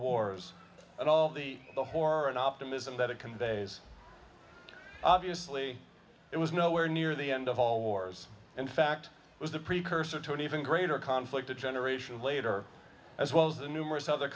wars and all the horror and optimism that it conveys obviously it was nowhere near the end of all wars in fact it was the precursor to an even greater conflict a generation later as well as the numerous other